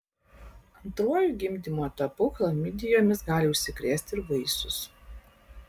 antruoju gimdymo etapu chlamidijomis gali užsikrėsti ir vaisius